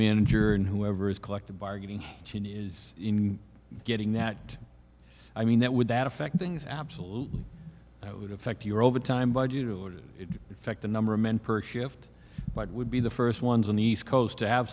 manager and whoever's collective bargaining she is getting that i mean that would that affect things absolutely it would affect your overtime budgeted effect the number of men per shift but would be the first ones on the east coast to have